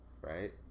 right